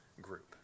group